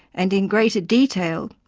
and in greater detail,